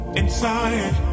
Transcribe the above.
inside